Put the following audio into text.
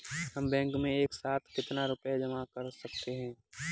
हम बैंक में एक साथ कितना रुपया जमा कर सकते हैं?